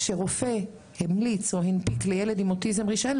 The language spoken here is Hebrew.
כשרופא המליץ לילד עם אוטיזם על רישיון,